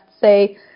say